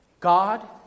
God